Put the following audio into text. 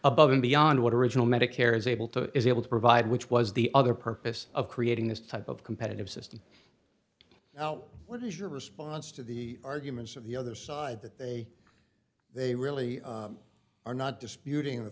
above and beyond what original medicare is able to is able to provide which was the other purpose of creating this type of competitive system what is your response to the arguments of the other side that they they really are not disputing the